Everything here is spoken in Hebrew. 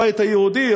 הבית היהודי,